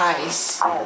ice